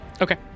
Okay